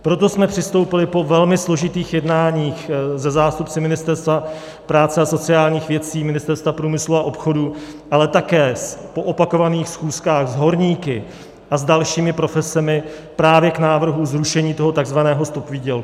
Proto jsme přistoupili po velmi složitých jednáních se zástupci Ministerstva práce a sociálních věcí, Ministerstva průmyslu a obchodu, ale také po opakovaných schůzkách s horníky a s dalšími profesemi právě k návrhu zrušení toho takzvaného stop výdělku.